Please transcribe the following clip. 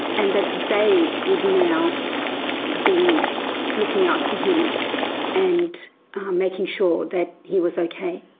and that they would now be looking out for him and making sure that he was ok.